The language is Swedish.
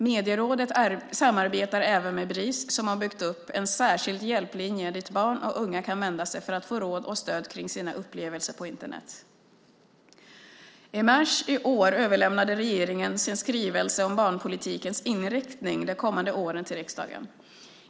Medierådet samarbetar även med Bris som har byggt upp en särskild hjälplinje dit barn och unga kan vända sig för att få råd och stöd kring sina upplevelser på Internet. I mars i år överlämnade regeringen sin skrivelse om barnpolitikens inriktning de kommande åren till riksdagen.